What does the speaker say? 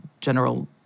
general